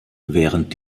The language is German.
während